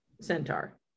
centaur